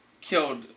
killed